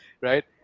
right